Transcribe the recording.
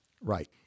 Right